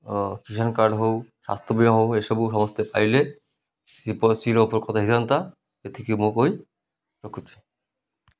କିଷାନ card ହଉ ସ୍ୱାସ୍ଥ୍ୟବୀମା ହଉ ଏସବୁ ସମସ୍ତେ ପାଇଲେ ଚିରଉପକୃତ ହେଇଥାନ୍ତା ଏତିକି ମୁଁ କହି ରଖୁଛିି